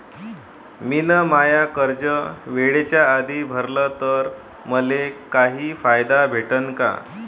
मिन माय कर्ज वेळेच्या आधी भरल तर मले काही फायदा भेटन का?